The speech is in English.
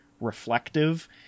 reflective